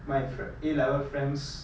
my frien~ A level friends